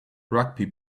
rugby